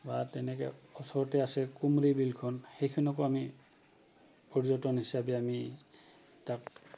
বা তেনেকে ওচৰতে আছে কুমৰী বিলখন সেইখনকো আমি পৰ্যটন হিচাপে আমি তাক